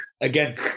again